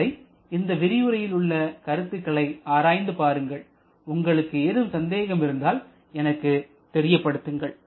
அதுவரை இந்த விரிவுரையில் உள்ள கருத்துக்களை ஆராய்ந்து பாருங்கள் உங்களுக்கு ஏதும் சந்தேகம் இருந்தால் எனக்கு தெரியப்படுத்துங்கள்